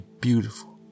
beautiful